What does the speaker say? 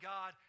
God